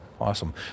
Awesome